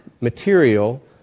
material